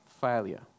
failure